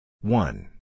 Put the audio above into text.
One